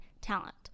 talent